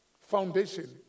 Foundation